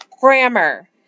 grammar